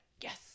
yes